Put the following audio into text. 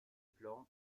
plomb